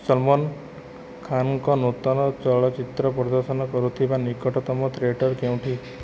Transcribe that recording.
ସଲମାନ ଖାନ୍ଙ୍କ ନୂତନ ଚଳଚ୍ଚିତ୍ର ପ୍ରଦର୍ଶନ କରୁଥିବା ନିକଟତମ ଥିଏଟର୍ କେଉଁଟି